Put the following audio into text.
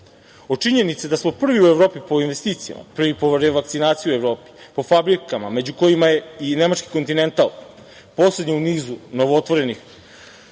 od činjenice da smo prvi u Evropi po investicijama, prvi po revakcinaciji, po fabrikama, među kojima je i nemački „Kontinental“, poslednja u nizu novootvorenih